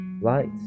Lights